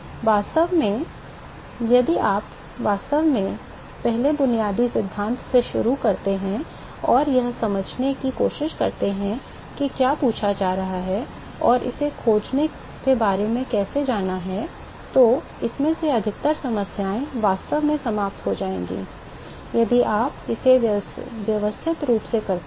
तो वास्तव में यदि आप वास्तव में पहले बुनियादी सिद्धांत से शुरू करते हैं और यह समझने की कोशिश करते हैं कि क्या पूछा जा रहा है और इसे खोजने के बारे में कैसे जाना है तो इनमें से अधिकतर समस्याएं वास्तव में समाप्त हो जाएंगी यदि आप इसे व्यवस्थित रूप से करते हैं